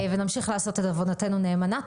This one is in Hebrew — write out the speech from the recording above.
ונמשיך לעשות את עבודתנו נאמנה.